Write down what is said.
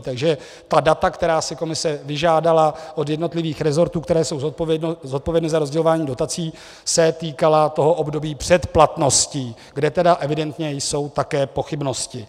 Takže ta data, která si Komise vyžádala od jednotlivých rezortů, které jsou zodpovědné za rozdělování dotací, se týkala toho období před platností, kde tedy evidentně jsou také pochybnosti.